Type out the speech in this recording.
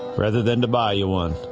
rather than to buy you one.